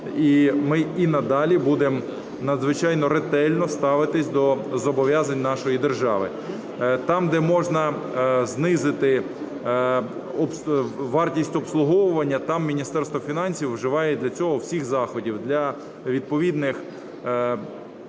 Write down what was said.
І ми й надалі будемо надзвичайно ретельно ставитись до зобов'язань нашої держави. Там, де можна знизити вартість обслуговування, там Міністерство фінансів вживає для цього всіх заходів для відповідних